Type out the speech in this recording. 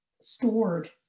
stored